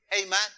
Amen